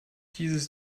dieses